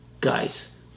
Guys